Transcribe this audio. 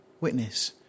witness